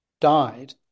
died